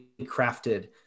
crafted